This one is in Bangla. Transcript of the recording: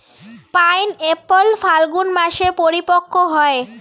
পাইনএপ্পল ফাল্গুন মাসে পরিপক্ব হয়